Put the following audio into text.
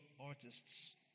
artists